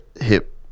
hip